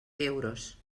euros